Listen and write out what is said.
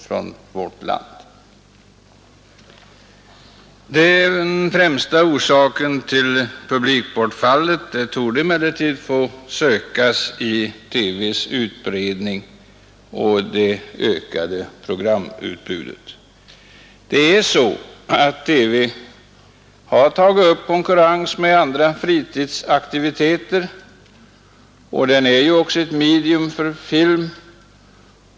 Den främsta orsaken till publikbortfallet på biograferna torde emellertid få sökas i TV:s utbredning och det ökade programutbudet där. TV har tagit upp konkurrensen med andra fritidsaktiviteter och den är också ett medium för film.